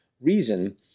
reason